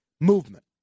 movement